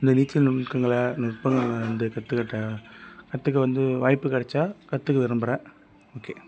இந்த நீச்சல் நுணுக்கங்களை நுட்பங்களை வந்து கற்றுக்கிட்டேன் கற்றுக்க வந்து வாய்ப்பு கிடச்சா கற்றுக்க விரும்புகிறேன் ஓகே